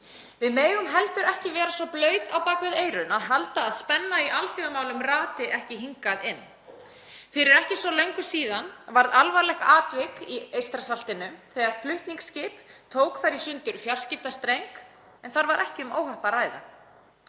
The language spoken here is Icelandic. Við megum heldur ekki vera svo blaut á bak við eyrun að halda að spenna í alþjóðamálum rati ekki hingað inn. Fyrir ekki svo löngu síðan varð alvarlegt atvik í Eystrasaltinu þegar flutningaskip tók þar í sundur fjarskiptastreng, en þar var ekki um óhapp að ræða.